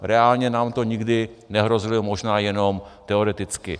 Reálně nám to nikdy nehrozilo, možná jenom teoreticky.